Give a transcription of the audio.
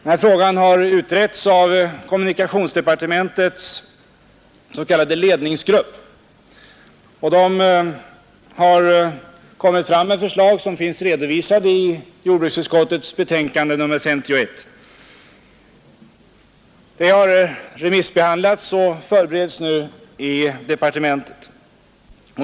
Den frågan har utretts av kommunikationsdepartementets s.k. ledningsgrupp, som har framlagt förslag som finns redovisade i jordbruksutskottets betänkande nr 51. Ledningsgruppens betänkande har remissbehandlats och ärendet förbereds nu i departementet.